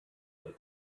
der